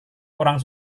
orang